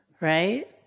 right